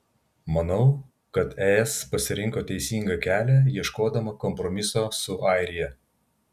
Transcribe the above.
manau kad es pasirinko teisingą kelią ieškodama kompromiso su airija